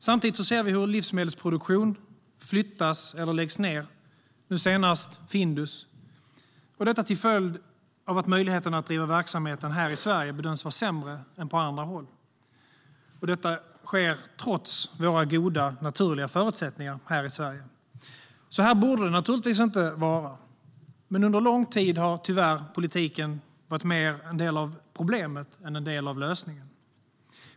Samtidigt ser vi hur livsmedelsproduktion, nu senast Findus, flyttas eller läggs ned till följd av att möjligheterna att driva verksamheten här i Sverige bedöms vara sämre än på andra håll. Detta sker trots våra goda naturliga förutsättningar här i Sverige. Så här borde det naturligtvis inte vara, men under lång tid har politiken tyvärr varit mer en del av problemet än en del av lösningen.